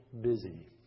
busy